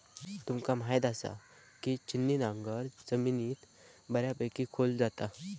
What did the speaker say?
तुमका म्हायत आसा, की छिन्नी नांगर जमिनीत बऱ्यापैकी खोल जाता